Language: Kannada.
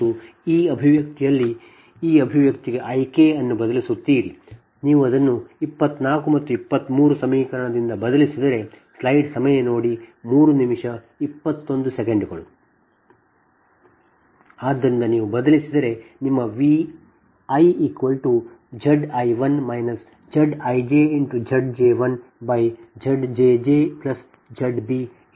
ಈ ಅಭಿವ್ಯಕ್ತಿಯಲ್ಲಿ ನೀವು ಈ ಅಭಿವ್ಯಕ್ತಿಗೆ I k ಅನ್ನು ಬದಲಿಸುತ್ತೀರಿ